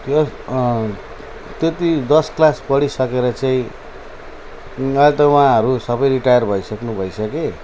त्यो त्यति दस क्लास पढिसकेर चाहिँ अहिले त उहाँहरू सबै रिटायर भइसक्नु भइसके